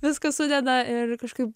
viską sudeda ir kažkaip